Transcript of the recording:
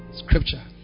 scripture